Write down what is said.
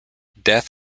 death